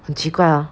很奇怪 hor